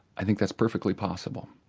i think that's perfectly possible,